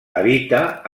habita